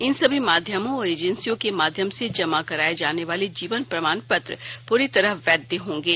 इन सभी माध्यमों और एजेंसियों के माध्यम से जमा कराए जाने वाले जीवन प्रमाणपत्र प्री तरह वैध होंगे